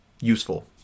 useful